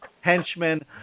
henchmen